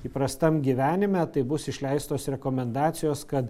įprastam gyvenime tai bus išleistos rekomendacijos kad